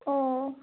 ও